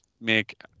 make